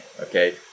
Okay